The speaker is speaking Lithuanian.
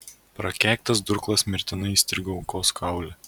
prakeiktas durklas mirtinai įstrigo aukos kaule